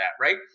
right